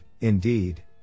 indeed